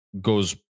goes